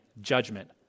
judgment